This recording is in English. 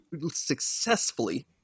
successfully